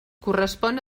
correspon